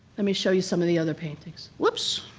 let me show you some of the other paintings. whoops!